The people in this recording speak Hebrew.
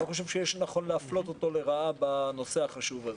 אני לא חושב שיש מקום להפלות אותו לרעה בנושא החשוב הזה.